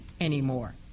anymore